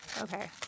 Okay